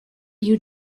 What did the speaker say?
you